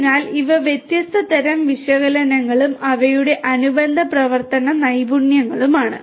അതിനാൽ ഇവ വ്യത്യസ്ത തരം വിശകലനങ്ങളും അവയുടെ അനുബന്ധ പ്രവർത്തന നൈപുണ്യങ്ങളുമാണ്